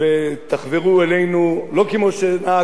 לא כמו שנהגתם בגדר,